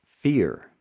fear